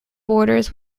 borders